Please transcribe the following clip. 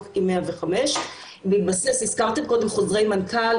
עם 105 מתבסס הזכרתם קודם חוזרי מנכ"ל,